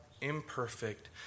imperfect